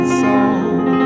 song